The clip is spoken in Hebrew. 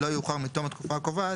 לא יאוחר מיום התקופה הקובע,